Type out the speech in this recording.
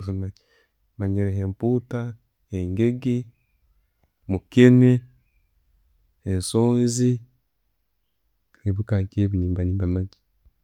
Manyireho empuuta, engeege, mukeene, ensonzi, ebiika nkebyo nimba nembimanya.